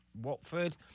Watford